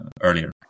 earlier